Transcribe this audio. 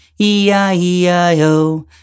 E-I-E-I-O